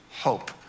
hope